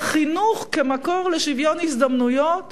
וחינוך כמקור לשוויון הזדמנויות